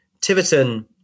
Tiverton